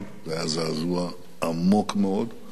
זה היה זעזוע עמוק מאוד.